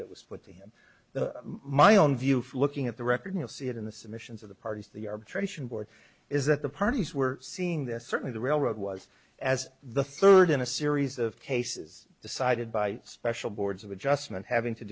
that was the my own view from looking at the record you'll see it in the submissions of the parties to the arbitration board is that the parties were seeing this certainly the railroad was as the third in a series of cases decided by special boards of adjustment having to